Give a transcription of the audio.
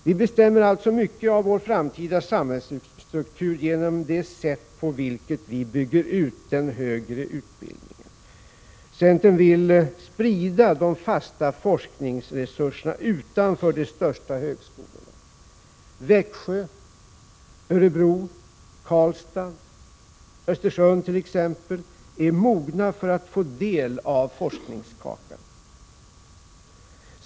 Vi bestämmer alltså mycket av vår framtida samhällsstruktur genom det sätt på vilket vi bygger ut den högre utbildningen. Centern vill sprida de fasta forskningsresurserna utanför de största högskolorna. Exempelvis Växjö, Örebro, Karlstad och Östersund är mogna för att få del av forskningskakan.